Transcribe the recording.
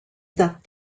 that